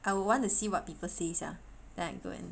I would want to see what people say sia then I go and